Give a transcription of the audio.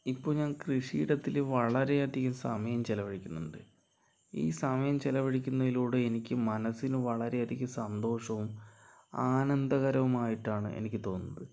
ഇപ്പോൾ ഞാൻ കൃഷിയിടത്തില് വളരെയധികം സമയം ചെലവഴിക്കുന്നുണ്ട് ഈ സമയം ചെലവഴിക്കുന്നയിലൂടെ എനിക്ക് മനസ്സിനു വളരെയധികം സന്തോഷവും ആനന്ദകരവുമായിട്ടാണ് എനിക്ക് തോന്നുന്നത്